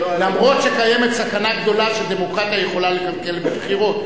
אף-על-פי שקיימת סכנה גדולה שדמוקרטיה יכולה לקלקל בבחירות,